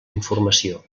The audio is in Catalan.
informació